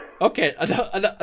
okay